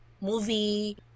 movie